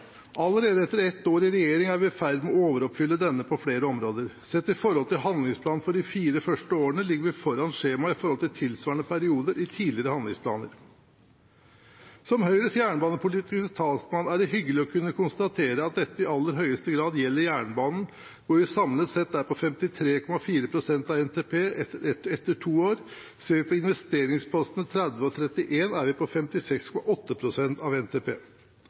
Allerede etter ett år i regjering er vi i ferd med å overoppfylle den på flere områder. Sett i forhold til handlingsplanen for de fire første årene ligger vi foran skjemaet sammenlignet med tilsvarende periode i tidligere handlingsplaner. Som Høyres jernbanepolitiske talsmann er det hyggelig å kunne konstatere at dette i aller høyeste grad gjelder jernbanen, hvor vi samlet sett er på 53,4 pst. av NTP etter to år. Ser vi på investeringspostene 30 og 31, er vi på 56,8 pst. av NTP.